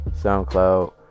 SoundCloud